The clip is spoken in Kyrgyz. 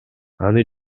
аны